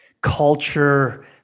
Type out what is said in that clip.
culture